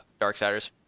Darksiders